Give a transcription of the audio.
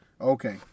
okay